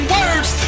words